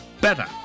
better